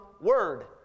word